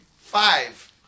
five